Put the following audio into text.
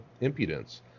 impudence